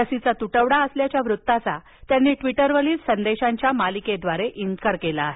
लसीचा तुटवडा असल्याच्या वृत्ताचा त्यांनी ट्वीटरवरील संदेशांच्या मालिकेद्वारे इन्कार केला आहे